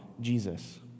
Jesus